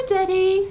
Daddy